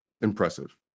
impressive